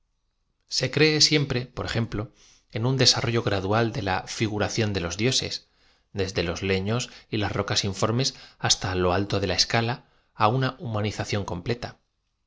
se cree siempre por ejemplo en un des arrollo gradual de la figuración d lo dioef desde lo i lefios y laa rocas informes hasta lo alto de la escala á una humanización completa